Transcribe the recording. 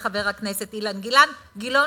וחבר הכנסת אילן גילאון,